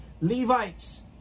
levites